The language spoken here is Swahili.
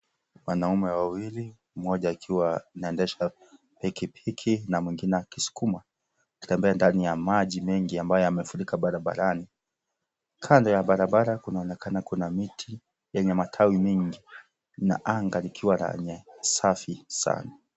Wanaume wawili mmoja akiwa anaendesha pikipiki na mwingine akisukuma, akitembea ndani ya maji mengi ambayo yamefunika barabarani. Kando ya barabara kunaonekana kuna miti yenye matawi mengi na anga likiwa lenye safi sana.